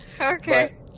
Okay